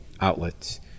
outlets